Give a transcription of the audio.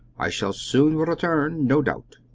i shall soon return, no doubt!